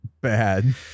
bad